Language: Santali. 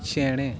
ᱪᱮᱬᱮ